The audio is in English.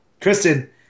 Kristen